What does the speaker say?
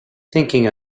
thinking